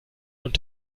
und